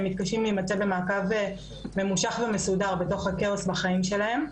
מתקשים להימצא במעקב ממושך ומסודר בתוך הכאוס בחיים שלהם.